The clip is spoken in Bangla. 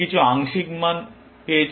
এটি কিছু আংশিক মান পেয়েছে বিটা 1